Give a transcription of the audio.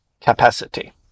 capacity